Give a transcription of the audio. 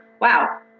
wow